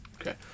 Okay